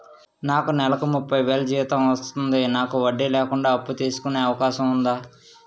నాకు నేలకు ముప్పై వేలు జీతం వస్తుంది నాకు వడ్డీ లేకుండా అప్పు తీసుకునే అవకాశం ఉందా